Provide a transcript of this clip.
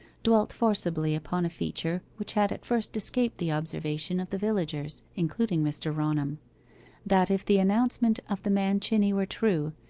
dwelt forcibly upon a feature which had at first escaped the observation of the villagers, including mr. raunham that if the announcement of the man chinney were true,